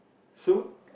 so